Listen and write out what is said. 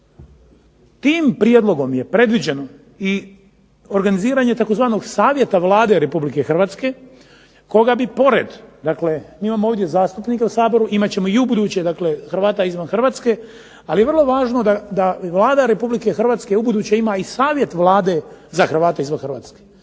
Tim prijedlogom je predviđeno i organiziranje tzv. savjeta Vlade RH koga bi pored, dakle mi imamo ovdje zastupnike u Saboru, imat ćemo i ubuduće, dakle Hrvata izvan Hrvatske, ali je vrlo važno da i Vlada Republike Hrvatske ubuduće ima i Savjet Vlade za Hrvate izvan Hrvatske.